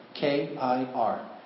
K-I-R